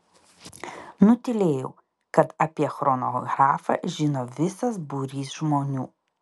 nutylėjau kad apie chronografą žino visas būrys žmonių